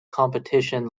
competition